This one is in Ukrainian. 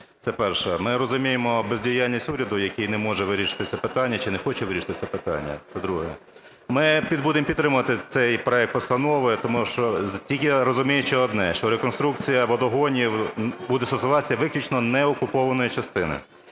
Це перше. Ми розуміємо бездіяльність уряду, який не може вирішити це питання чи не хоче вирішити це питання. Це друге. Ми будемо підтримувати цей проект постанови, тому що тільки розуміючи одне: що реконструкція водогонів буде стосуватися виключно неокупованої частини.